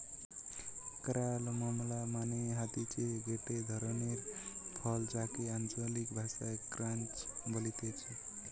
carambola মানে হতিছে গটে ধরণের ফল যাকে আঞ্চলিক ভাষায় ক্রাঞ্চ বলতিছে